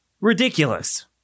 Ridiculous